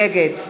נגד